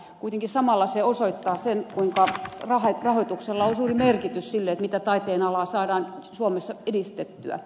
kuitenkin samalla se osoittaa sen kuinka rahoituksella on suuri merkitys sille mitä taiteenalaa saadaan suomessa edistettyä